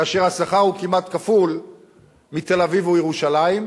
כאשר השכר הוא כמעט כפול מהשכר בתל-אביב או בירושלים.